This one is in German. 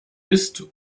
ist